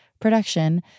production –